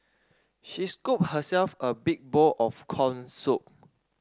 she scooped herself a big bowl of corn soup